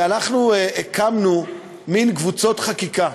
אנחנו הקמנו מין קבוצות חקיקה.